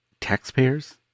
taxpayers